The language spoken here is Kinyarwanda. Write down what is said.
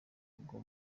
bwo